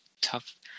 tough